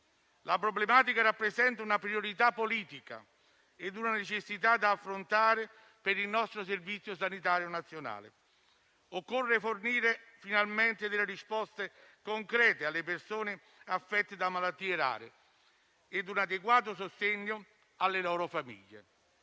La problematica rappresenta una priorità politica e una necessità da affrontare per il nostro Servizio sanitario nazionale. Occorre fornire finalmente delle risposte concrete alle persone affette da malattie rare e un adeguato sostegno alle loro famiglie.